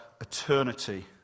eternity